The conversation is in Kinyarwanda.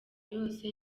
yose